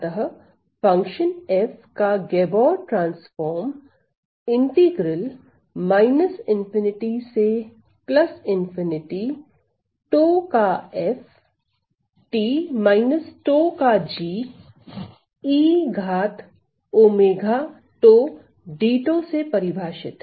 अतः function f का Gabor transform integral ∞ से ∞ 𝝉 का f t माइनस 𝝉 का g e घात ω 𝝉 d𝝉 से परिभाषित है